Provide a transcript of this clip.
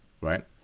right